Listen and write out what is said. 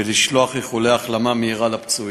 ולשלוח איחולי החלמה מהירה לפצועים.